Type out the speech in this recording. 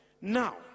Now